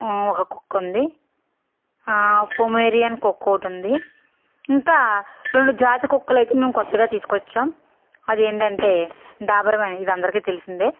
ఒక కుక్క ఉంది పొమేరియన్ కుక్క ఒకటి ఉంది ఇంకా రెండు జాతి కుక్కలు అయితే మేము కొత్తగా తీసుకొచ్చాం అది ఏంటంటే డాబర్మ్యాన్ ఇది అందరికి తెలిసిందే